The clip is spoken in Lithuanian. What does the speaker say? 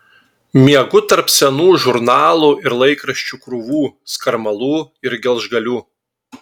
miegu tarp senų žurnalų ir laikraščių krūvų skarmalų ir gelžgalių